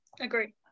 Agree